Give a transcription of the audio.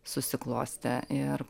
susiklostę ir